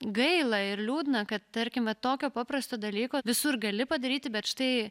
gaila ir liūdna kad tarkimva tokio paprasto dalyko visur gali padaryti bet štai